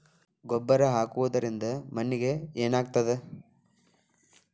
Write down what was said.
ಗೊಬ್ಬರ ಹಾಕುವುದರಿಂದ ಮಣ್ಣಿಗೆ ಏನಾಗ್ತದ?